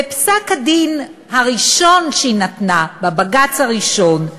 בפסק-הדין הראשון שהיא נתנה, בבג"ץ הראשון,